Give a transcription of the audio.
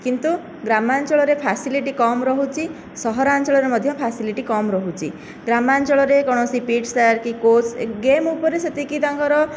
କିନ୍ତୁ ଗ୍ରାମାଞ୍ଚଳରେ ଫ୍ୟାସିଲିଟି କମ ରହୁଛି ସହରାଞ୍ଚଳରେ ମଧ୍ୟ ଫ୍ୟାସିଲିଟି କମ ରହୁଛି ଗ୍ରାମାଞ୍ଚଳରେ କୌଣସି ପିଟି ସାର୍ କି କୋର୍ସ ଗେମ୍ ଉପରେ ସେତିକି ତାଙ୍କର